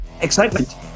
excitement